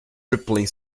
rippling